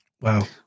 Wow